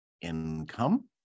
income